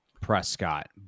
Prescott